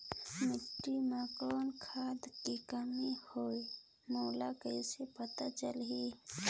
माटी मे कौन खाद के कमी हवे मोला कइसे पता चलही?